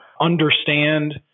understand